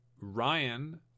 ryan